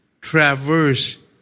traverse